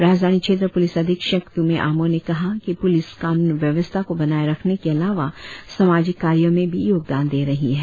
राजधानी क्षेत्र पुलिस अधीक्षक त्रमे आमो ने कहा कि पुलिस कानून व्यवस्था को बनाए रखने के अलावा सामाजिक कार्यों में भी योगदान दे रही है